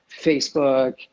Facebook